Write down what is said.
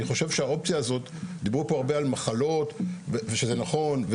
אני חושב שהאופציה הזאת ודיברו פה הרבה על מחלות ושזה נכון,